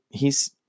hes